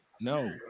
No